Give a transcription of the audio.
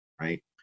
Right